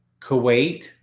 Kuwait